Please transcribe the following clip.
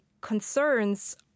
concerns